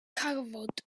cyfarfod